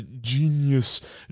genius